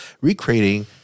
recreating